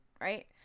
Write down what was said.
right